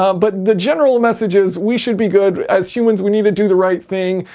um but the general message is we should be good as humans we need to do the right thing.